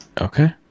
Okay